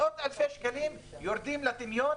מאות אלפי שקלים, שיורדים לטמיון.